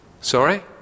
Sorry